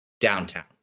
downtown